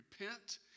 repent